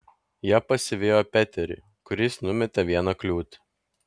jie pasivijo peterį kuris numetė vieną kliūtį